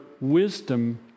wisdom